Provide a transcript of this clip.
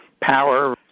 power